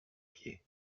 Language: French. pieds